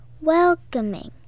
welcoming